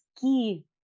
key